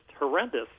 horrendous